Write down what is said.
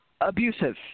abusive